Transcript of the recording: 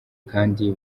kandi